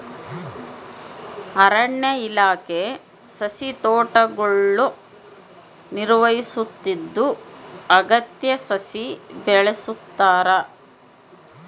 ಅರಣ್ಯ ಇಲಾಖೆ ಸಸಿತೋಟಗುಳ್ನ ನಿರ್ವಹಿಸುತ್ತಿದ್ದು ಅಗತ್ಯ ಸಸಿ ಬೆಳೆಸ್ತಾರ